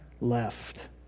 left